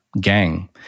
gang